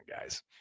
guys